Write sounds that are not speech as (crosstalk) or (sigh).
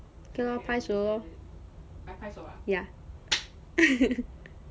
okay lor 拍手 lor ya (laughs)